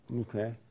Okay